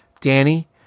Danny